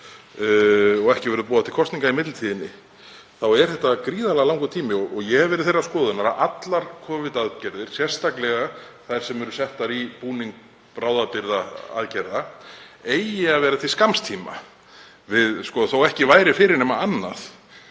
ef ekki verður boðað til kosninga í millitíðinni þá er þetta gríðarlega langur tími. Ég hef verið þeirrar skoðunar að allar Covid-aðgerðir, sérstaklega þær sem eru settar í búning bráðabirgðaaðgerða, eigi að vera til skamms tíma. Þótt ekki væri fyrir nema annað